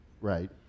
Right